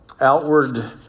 outward